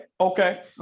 okay